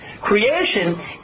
creation